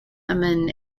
amin